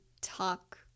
talk